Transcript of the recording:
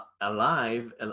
alive